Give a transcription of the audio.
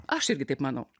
aš irgi taip manau